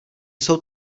jsou